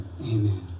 amen